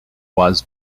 was